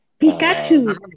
Pikachu